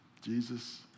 Jesus